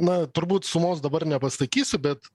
na turbūt sumos dabar nepasakysiu bet